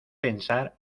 pensar